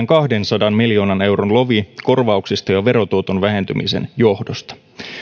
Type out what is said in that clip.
kahdensadan miljoonan euron lovi korvauksista ja ja verotuoton vähentymisen johdosta